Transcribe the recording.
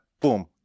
Boom